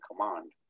command